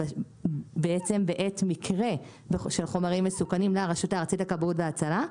בעצם בעת מקרה של חומרים מסוכנים לרשות הארצית לכבאות והצלה,